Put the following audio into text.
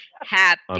Happy